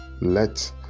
let